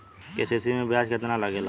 KCC में ब्याज कितना लागेला?